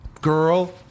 girl